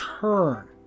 turn